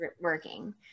working